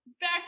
Back